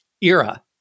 era